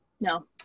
No